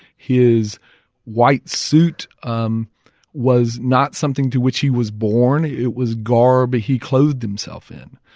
his white suit um was not something to which he was born, it was garb he clothed himself in.